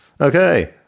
Okay